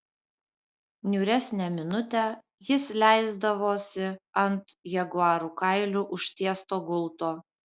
niūresnę minutę jis leisdavosi ant jaguarų kailiu užtiesto gulto